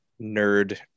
nerd